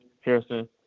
Harrison